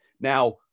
Now